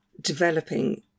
developing